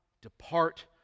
depart